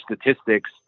statistics